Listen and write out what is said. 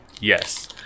Yes